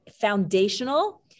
foundational